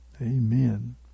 Amen